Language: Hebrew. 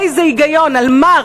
איזה היגיון, על מה?